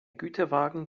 güterwagen